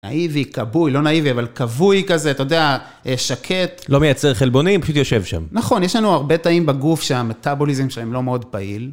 נאיבי, כבוי, לא נאיבי אבל כבוי כזה, אתה יודע, שקט. לא מייצר חלבונים, פשוט יושב שם. נכון, יש לנו הרבה תאים בגוף שהמטאבוליזם שלהם לא מאוד פעיל.